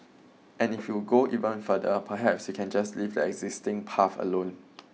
and if you go even further perhaps you can just leave the existing path alone